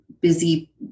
busy